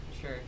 Sure